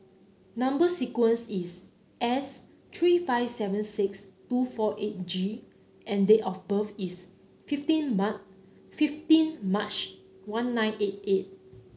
number sequence is S three five seven six two four eight G and date of birth is fifteen fifteen March one nine eight eight